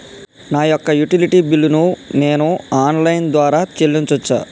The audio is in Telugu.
నా యొక్క యుటిలిటీ బిల్లు ను నేను ఆన్ లైన్ ద్వారా చెల్లించొచ్చా?